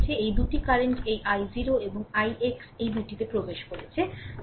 সুতরাং এই দুটি কারেন্ট এই i0 এবং ix এই দুটি প্রবেশ করছে